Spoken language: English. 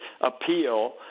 appeal